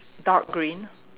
dark green